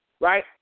right